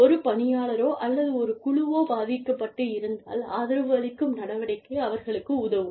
ஒரு பணியாளரோ அல்லது ஒரு குழுவோ பாதிக்கப்பட்டிருந்தால் ஆதரவு அளிக்கும் நடவடிக்கை அவர்களுக்கு உதவும்